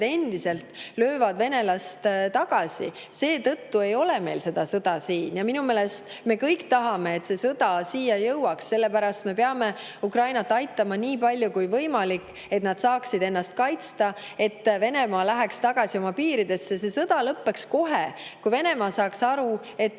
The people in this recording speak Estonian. endiselt venelast tagasi. Seetõttu ei ole meil siin sõda. Minu meelest me kõik tahame, et see sõda siia ei jõuaks. Sellepärast me peame Ukrainat aitama nii palju kui võimalik, et nad saaksid ennast kaitsta ja et Venemaa läheks tagasi oma piiridesse. See sõda lõppeks kohe, kui Venemaa saaks aru, et